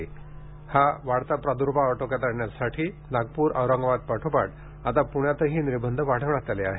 दरम्यान वाढता कोरोना प्रादूर्भाव आटोक्यात आणण्यासाठी नागपूर औरंगाबाद पाठोपाठ आता पुण्यातही निर्बंध वाढवण्यात आले आहेत